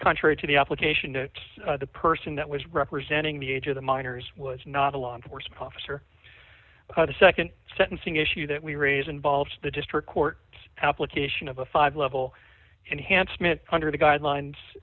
contrary to the application to the person that was representing the age of the minors was not a law enforcement officer the nd sentencing issue that we raise involves the district court application of a five level enhancement under the guidelines